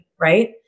right